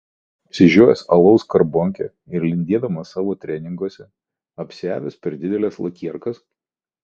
apsižiojęs alaus skarbonkę ir lindėdamas savo treninguose apsiavęs per dideles lakierkas